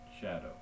shadow